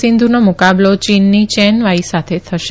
સિન્ધુનો મુકાબલો ચીનની ચેન વાઈ સાથે થશે